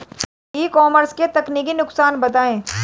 ई commerce के तकनीकी नुकसान बताएं?